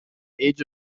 age